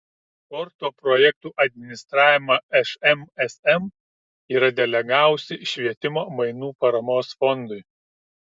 sporto projektų administravimą šmsm yra delegavusi švietimo mainų paramos fondui